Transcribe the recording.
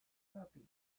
puppy